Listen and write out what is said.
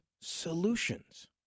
solutions